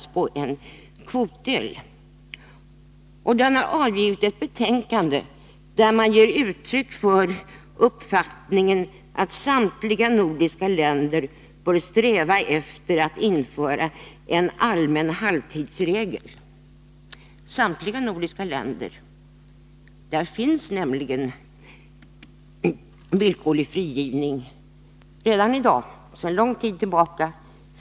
Nordiska straffrättskommittén har avgivit ett betänkande, där man ger uttryck för uppfattningen att samtliga nordiska länder bör sträva efter att införa en allmän halvtidsregel. I Finland, Norge och Danmark liksom i Sverige finns det nämligen villkorlig frigivning sedan lång tid tillbaka.